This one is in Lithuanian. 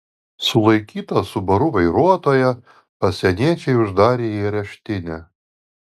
sulaikytą subaru vairuotoją pasieniečiai uždarė į areštinę